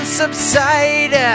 subside